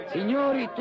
Signori